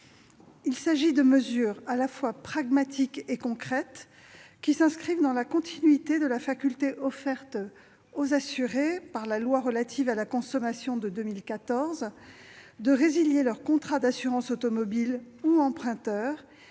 Il s'agit de mesures à la fois pragmatiques et concrètes, qui s'inscrivent dans la continuité de la faculté, offerte aux assurés par la loi relative à la consommation de 2014, de résilier leur contrat d'assurance automobile ou emprunteur